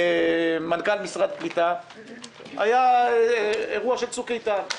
הייתי מנכ"ל משרד העלייה והקליטה היה אירוע של צוק איתן.